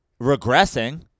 regressing